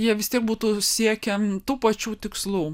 jie vis tiek būtų siekę tų pačių tikslų